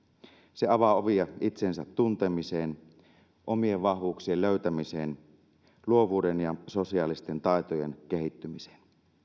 se avaa ovia itsensä tuntemiseen omien vahvuuksien löytämiseen luovuuden ja sosiaalisten taitojen kehittymiseen